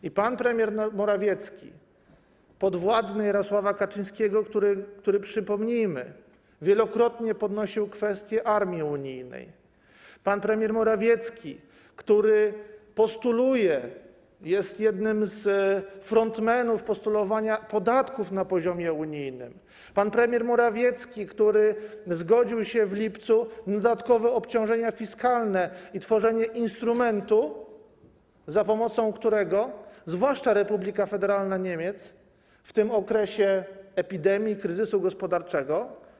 I pan premier Morawiecki, podwładny Jarosława Kaczyńskiego, który, przypomnijmy, wielokrotnie podnosił kwestię armii unijnej, pan premier Morawiecki, który postuluje, jest jednym z frontmanów postulowania podatków na poziomie unijnym, pan premier Morawiecki, który zgodził się w lipcu na dodatkowe obciążenia fiskalne i tworzenie instrumentu, za pomocą którego zwłaszcza Republika Federalna Niemiec w tym okresie epidemii, kryzysu gospodarczego.